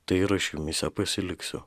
tai ir aš jumyse pasiliksiu